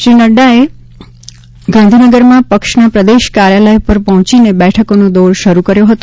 શ્રી નડ્ડાએ આજે ગાંધીનગરમાં પક્ષના પ્રદેશ કાર્યાલય ઉપર પહોંચીને બેઠકોનો દોર શરૂ કર્યો હતો